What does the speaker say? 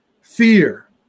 fear